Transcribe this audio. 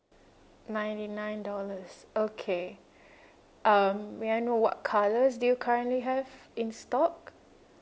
ninety nine dollars okay um may I know what colours do you currently have in stock